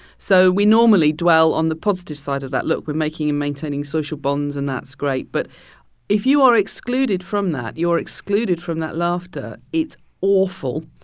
so we normally dwell on the positive side of that. look we're making and maintaining social bonds and that's great. but if you are excluded from that, you're excluded from that laughter, it's awful.